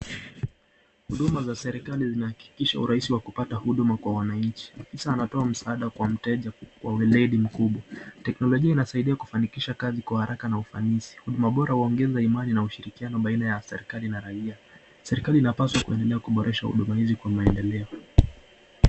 Huduma za serikali zinahakikisha urahisi wa kupata huduma kwa wananchi. Afisa anatoa msaada kwa mteja kwa weledi mkubwa. Teknolojia inasaidia kufanikisha kazi kwa haraka na ufanisi. Huduma bora huongeza imani na ushirikiano baina ya serikali na raia. Serikali inapaswa kuiendelea kuboresha huduma hizi kwa maendeleo.